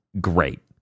great